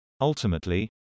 Ultimately